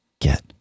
get